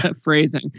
phrasing